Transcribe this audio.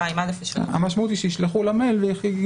המשמעות היא שישלחו לה מייל.